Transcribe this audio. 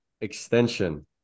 extension